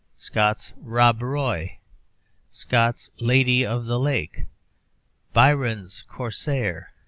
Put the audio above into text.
scott's rob roy scott's lady of the lake byron's corsair,